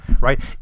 right